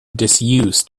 disuse